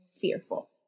fearful